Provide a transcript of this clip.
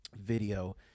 video